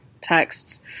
texts